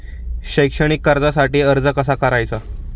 शैक्षणिक कर्जासाठी अर्ज कसा करायचा?